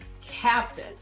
Captain